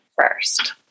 first